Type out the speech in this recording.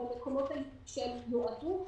במקומות שלהם הם נועדו,